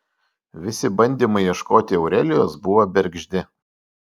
visi bandymai ieškoti aurelijos buvo bergždi